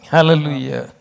Hallelujah